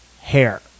hair